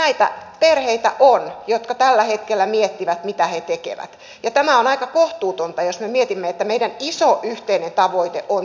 näitä perheitä on jotka tällä hetkellä miettivät mitä he tekevät ja tämä on aika kohtuutonta jos me mietimme että meidän iso yhteinen tavoitteemme on työllisyysaste